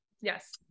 yes